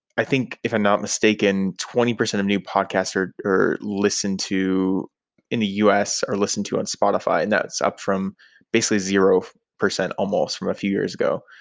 i think if i'm not mistaken, twenty percent of new podcasts are are listened to in the u s are listened to in spotify, and that's up from basically zero percent almost from a few years ago.